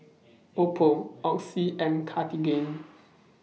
Oppo Oxy and Cartigain